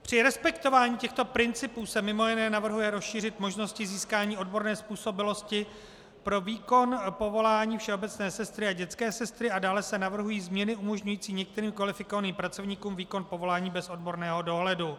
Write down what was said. Při respektování těchto principů se mimo jiné navrhuje rozšířit možnosti získání odborné způsobilosti pro výkon povolání všeobecné sestry a dětské sestry a dále se navrhují změny umožňující některým kvalifikovaným pracovníkům výkon povolání bez odborného dohledu.